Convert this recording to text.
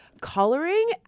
Coloring